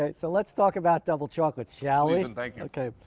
ah so let's talk about double chocolate, shall we? and like and